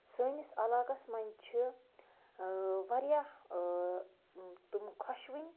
سٲنِس علاقَس منٛز چھِ واریاہ تِم خۄشوٕنۍ